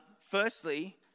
Firstly